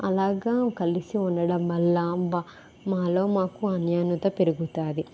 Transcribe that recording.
అలాగా కలిసి ఉండడం వల్ల మాలో మాకు అన్యోనత పెరుగుతుంది